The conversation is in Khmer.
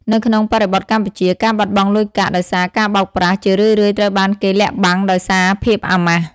នៅក្នុងបរិបទកម្ពុជា ការបាត់បង់លុយកាក់ដោយសារការបោកប្រាស់ ជារឿយៗត្រូវបានគេលាក់បាំងដោយសារភាពអាម៉ាស់។